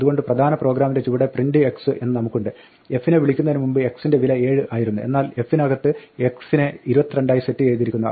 അതുകൊണ്ട് പ്രധാന പ്രോഗ്രാമിന്റെ ചുവടെ print x എന്ന് നമുക്കുണ്ട് f നെ വിളിക്കുന്നതിന് മുമ്പ് x ന്റെ വില 7 ആയിരുന്നു എന്നാൽ f നകത്ത് x നെ 22 ആയി സെറ്റ് ചെയ്തിരിക്കുന്നു